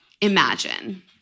Imagine